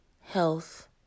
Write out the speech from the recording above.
health